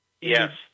Yes